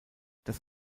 das